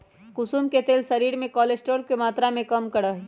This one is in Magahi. कुसुम के तेल शरीर में कोलेस्ट्रोल के मात्रा के कम करा हई